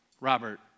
Robert